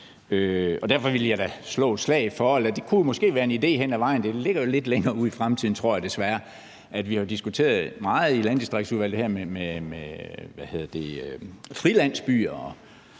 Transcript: Derfor vil jeg da slå et slag for det, som måske kunne være en idé hen ad vejen – det ligger lidt længere ude i fremtiden, tror jeg desværre – og som vi har diskuteret meget i Landdistriktsudvalget, nemlig det her med frilandsbyer og